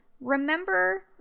remember